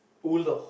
oolong